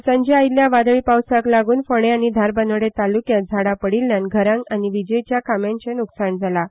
शुक्रारा सांजे आयिल्ल्या वादळी पावसाक लागून फोंडें आनी धारबांदोडें तालुक्यांत झाडां पडिल्ल्यान घरांक आनी विजेच्या खांब्याचें लुकसाण जालां